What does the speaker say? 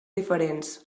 diferents